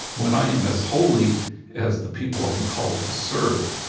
when i am as holy as the people i'm called to serve